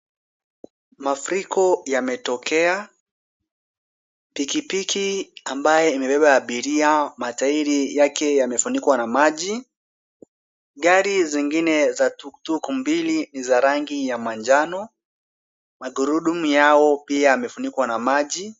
Mafuriko yametokea. Piki piki ambaye imebeba abiria matairi yake yamefunikwa na maji. Gari zingine za tuktuk mbili za rangi ya manjano, magurudumu yao pia yamefunikwa na maji.